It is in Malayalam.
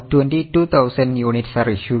Now 22000 units are issued during the month